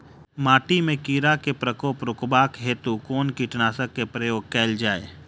माटि मे कीड़ा केँ प्रकोप रुकबाक हेतु कुन कीटनासक केँ प्रयोग कैल जाय?